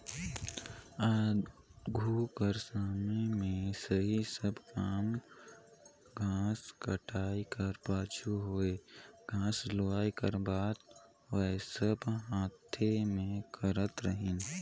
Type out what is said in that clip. आघु कर समे में एही सब काम घांस कटई कर पाछू होए घांस लुवई कर बात होए सब हांथे में करत रहिन